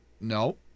No